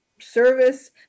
service